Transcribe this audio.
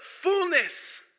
fullness